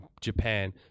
Japan